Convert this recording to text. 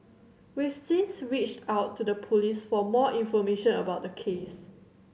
we've since reached out to the Police for more information about the case